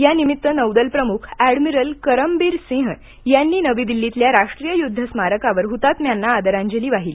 यानिमित्त नौदल प्रमुख अॅडमिरल करमबिर सिंह यांनी नवी दिल्लीतल्या राष्ट्रीय युद्ध स्मारकावर हुतात्म्यांना आदरांजली वाहिली